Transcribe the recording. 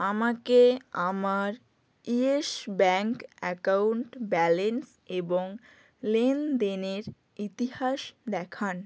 আমাকে আমার Yes Bank account balance এবং লেনদেনের ইতিহাস দেখান